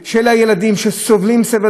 שסובלים סבל רב,